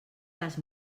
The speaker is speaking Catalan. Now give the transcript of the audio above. les